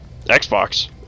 Xbox